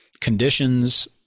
conditions